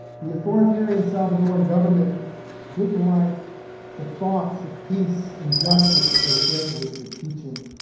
the authoritarian salvadoran government didn't like the thoughts of peace and justice that those jesuits were teaching,